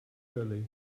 early